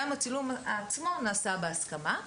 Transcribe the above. גם הצילום עצמו נעשה בהסכמה.